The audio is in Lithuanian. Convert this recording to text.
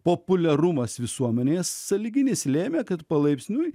populiarumas visuomenės sąlyginis lėmė kad palaipsniui